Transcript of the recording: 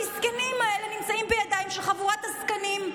המסכנים האלה נמצאים בידיים של חבורת עסקנים,